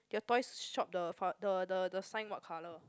your toys shop the f~ the the the sign what colour